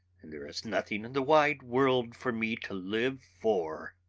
and there is nothing in the wide world for me to live for.